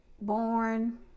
Born